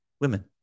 Women